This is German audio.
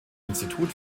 institut